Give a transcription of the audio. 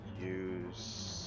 use